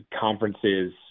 conferences